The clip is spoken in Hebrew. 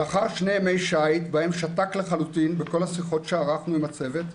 לאחר שני ימי שיט בהם שתק לחלוטין בכל השיחות שערכנו עם הצוות,